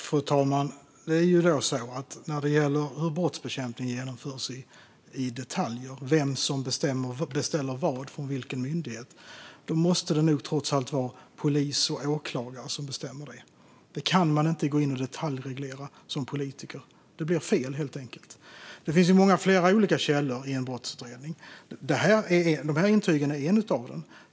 Fru talman! När det gäller hur brottsbekämpning genomförs i detalj, vem som beställer vad från vilken myndighet, måste det nog trots allt vara polis och åklagare som bestämmer. Det kan man inte gå in och detaljreglera som politiker. Det blir fel, helt enkelt. Det finns många olika källor i en brottsutredning. De här intygen är en av dem.